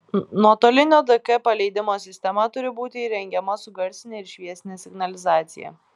nuotolinio dk paleidimo sistema turi būti įrengiama su garsine ir šviesine signalizacija